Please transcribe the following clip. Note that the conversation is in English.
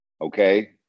okay